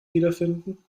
wiederfinden